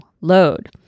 load